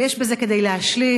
ויש בזה כדי להשליך